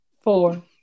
Four